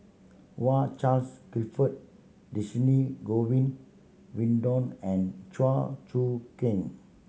Charles Clifford Dhershini Govin Winodan and Chew Choo Keng